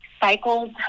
cycles